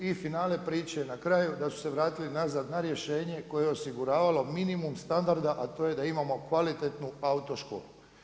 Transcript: I finale priče na kraju da su se vratili nazad na rješenje koje je osiguravalo minimum standarda, a to je da imamo kvalitetnu autoškolu.